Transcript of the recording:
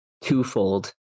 twofold